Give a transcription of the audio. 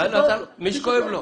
מי שכואב לו.